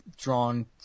drawn